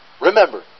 Remember